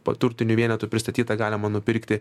po turtinių vienetų pristatyta galima nupirkti